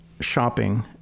shopping